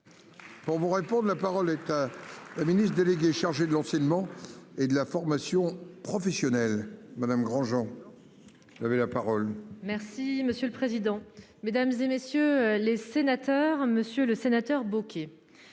Pour vous répondre. La parole est à la ministre déléguée chargée de l'enseignement et de la formation professionnelle Madame Grosjean. Il avait la parole. Merci monsieur le président, Mesdames, et messieurs les sénateurs, Monsieur le Sénateur.